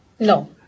No